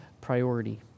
priority